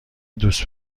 دوست